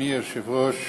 יציג את ההצעה יושב-ראש